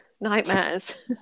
nightmares